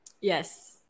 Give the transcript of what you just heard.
Yes